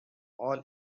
all